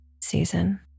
season